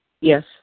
Yes